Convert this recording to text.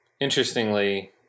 interestingly